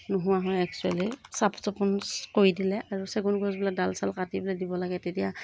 নোহোৱা হয় একচুৱেলী চাফ চিকুণ কৰি দিলে আৰু চেগুন গছবিলাক ডাল চাল কাটি পেলাই দিব লাগে তেতিয়া